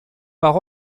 par